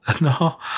No